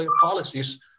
policies